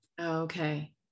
Okay